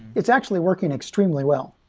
it's actually working extremely well.